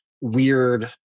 weird